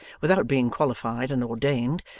without being qualified and ordained,